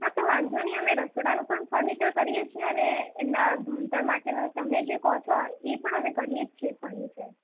હા તો વાંધો નહીં અમે રસોડાનું પણ ફર્નિચર કરીએ છીએ અને એમના ભણતર માટેનું તમે જે કહો છો એ પણ અમે કરીએ જ છીએ ફર્નિચર